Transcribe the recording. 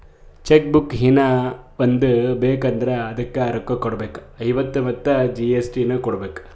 check book ಹೀನಾ ಒಂದ್ ಬೇಕ್ ಅಂದುರ್ ಅದುಕ್ಕ ರೋಕ್ಕ ಕೊಡ್ಬೇಕ್ ಐವತ್ತ ಮತ್ ಜಿ.ಎಸ್.ಟಿ ನು ಕೊಡ್ಬೇಕ್